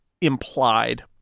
implied